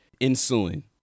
ensuing